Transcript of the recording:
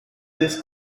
this